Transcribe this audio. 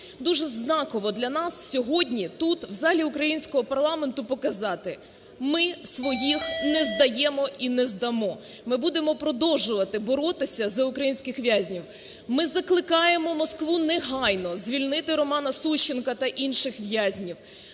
Дуже знаково для нас сьогодні тут в залі українського парламенту показати, ми своїх не здаємо і не здамо. Ми будемо продовжувати боротися за українських в'язнів. Ми закликаємо Москву негайно звільнити Романа Сущенка та інших в'язнів,